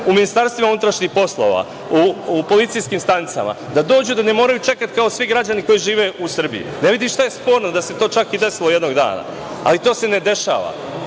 jedan dan, upravni dan u policijskim stanicama, da dođu, da ne moraju da čekaju kao svi građani koji žive u Srbiji. Ne vidim šta je sporno da se to čak i desilo jednog dana, ali to se ne dešava. Znači,